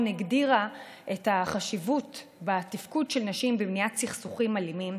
הגדירה את החשיבות בתפקוד של נשים במניעת סכסוכים אלימים,